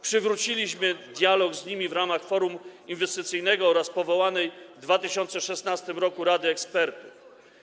Przywróciliśmy dialog z nimi w ramach forum inwestycyjnego oraz powołanej w 2016 r. rady ekspertów.